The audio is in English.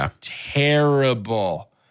terrible